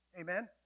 Amen